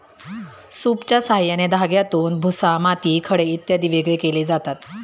सूपच्या साहाय्याने धान्यातून भुसा, माती, खडे इत्यादी वेगळे केले जातात